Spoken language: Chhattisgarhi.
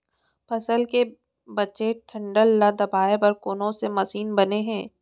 फसल के बचे डंठल ल दबाये बर कोन से मशीन बने हे?